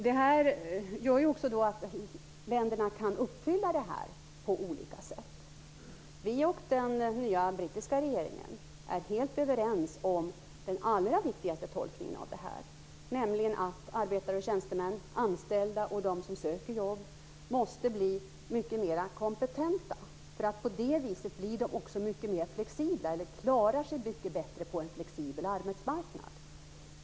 Det gör att länderna kan uppfylla det på olika sätt. Vi och den nya brittiska regeringen är helt överens om den allra viktigaste tolkningen, nämligen att arbetare och tjänstemän, anställda och de som söker jobb måste bli mycket mera kompetenta. På det viset klarar de sig mycket bättre på en flexibel arbetsmarknad.